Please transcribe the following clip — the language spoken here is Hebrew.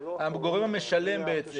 הגורם המשלם בעצם